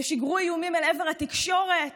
שיגרו איומים אל עבר התקשורת